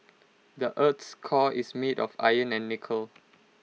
the Earth's core is made of iron and nickel